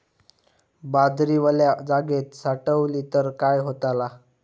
बाजरी वल्या जागेत साठवली तर काय होताला?